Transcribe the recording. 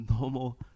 normal